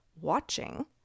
watching